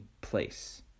place